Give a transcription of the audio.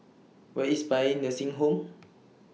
Where IS Paean Nursing Home